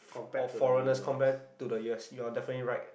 all foreigners compared to the years you're definitely right